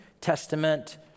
Testament